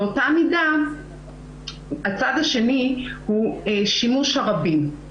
באותה מידה הצד השני הוא שימוש הרבים.